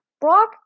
Brock